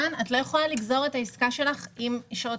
כאן את לא יכולה לגזור את העסקה שלך משעות